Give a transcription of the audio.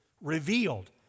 revealed